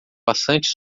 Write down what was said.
bastante